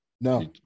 no